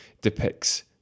depicts